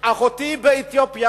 אחותי באתיופיה,